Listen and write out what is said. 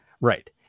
Right